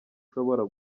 ashobora